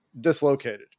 dislocated